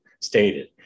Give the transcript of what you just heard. stated